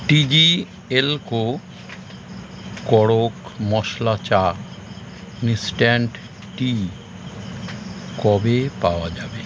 TDL কো কড়ক মশলা চা ইন্সট্যান্ট টি কবে পাওয়া যাবে